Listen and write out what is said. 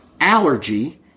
allergy